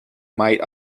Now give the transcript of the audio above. might